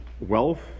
wealth